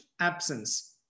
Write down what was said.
absence